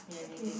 okay